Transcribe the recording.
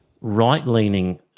right-leaning